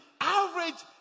average